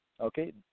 Okay